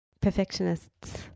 Perfectionists